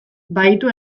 bahitu